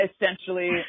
essentially